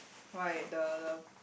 why the the